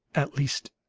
at least,